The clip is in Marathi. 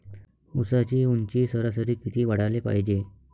ऊसाची ऊंची सरासरी किती वाढाले पायजे?